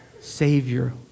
savior